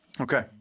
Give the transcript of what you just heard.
Okay